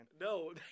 No